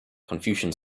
confucian